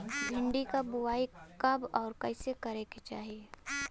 भिंडी क बुआई कब अउर कइसे करे के चाही?